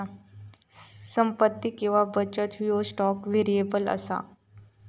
संपत्ती किंवा बचत ह्यो स्टॉक व्हेरिएबल असा